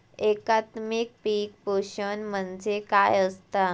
एकात्मिक पीक पोषण म्हणजे काय असतां?